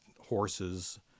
horses